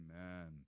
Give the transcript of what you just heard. amen